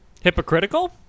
Hypocritical